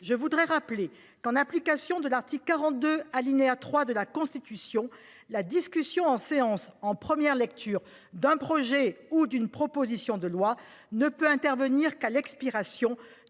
Je voudrais rappeler que, en application de l'article 42, alinéa 3, de la Constitution, la discussion en séance, en première lecture, d'un projet ou d'une proposition de loi ne peut intervenir qu'à l'expiration